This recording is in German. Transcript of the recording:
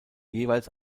jeweils